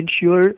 ensure